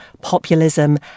populism